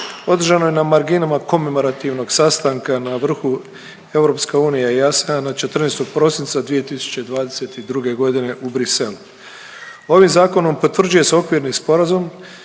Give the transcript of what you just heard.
održano je na marginama komemorativnog sastanka na vrhu EU …/Govornik se ne razumije./… od 14. prosinca 2022. godine u Bruxellesu. Ovim zakonom potvrđuje se okvirni sporazum